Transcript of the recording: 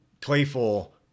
playful